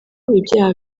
ibyaha